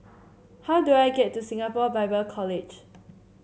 how do I get to Singapore Bible College